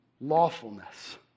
lawfulness